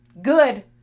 good